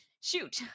Shoot